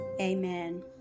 Amen